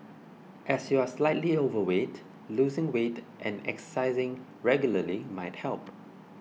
as you are slightly overweight losing weight and exercising regularly might help